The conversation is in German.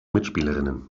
mitspielerinnen